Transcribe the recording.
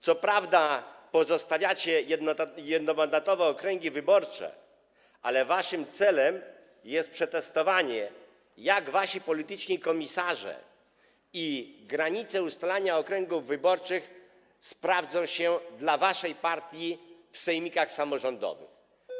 Co prawda pozostawiacie jednomandatowe okręgi wyborcze, ale waszym celem jest przetestowanie, jak wasi polityczni komisarze i ustalanie granic okręgów wyborczych sprawdzą się dla waszej partii w sejmikach samorządowych.